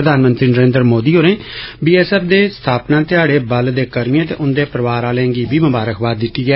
प्रधानमंत्री नरेन्द्र मोदी होरें B S F दे स्थापना ध्याड़े बल दे कर्मियें ते उन्दे परोआर आहलें गी बी मुबारकबाद दिती ऐ